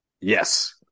Yes